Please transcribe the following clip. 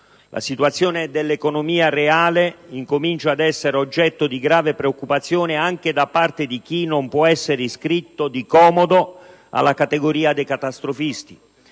La situazione dell'economia reale comincia ad essere oggetto di grave preoccupazione anche da parte di chi non può essere iscritto di comodo alla categoria dei catastrofisti.